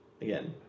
again